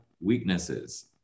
weaknesses